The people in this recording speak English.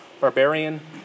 barbarian